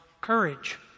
courage